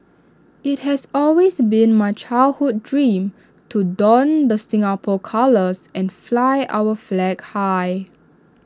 IT has always been my childhood dream to don the Singapore colours and fly our flag high